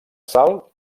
sal